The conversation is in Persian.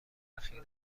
ذخیره